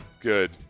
Good